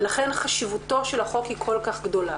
ולכן, חשיבותו של החוק הוא כל כך גדול.